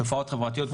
תופעות חברתיות,